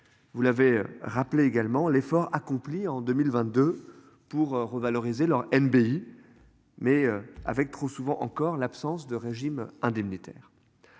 Vous l'avez rappelé également l'effort accompli en 2022 pour revaloriser leur NBI. Mais avec trop souvent encore l'absence de régime indemnitaire.